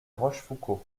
rochefoucauld